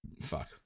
Fuck